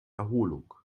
erholung